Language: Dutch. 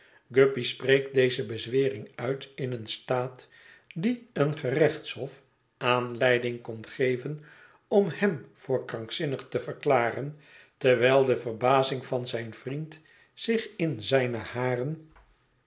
guppy spreekt deze bezwering uit in een staat die een gerechtshof aanleiding kon geven om hem voor krankzinnig te verklaren terwijl de verbazing van zijn vriend zich in zijne haren